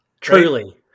Truly